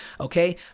Okay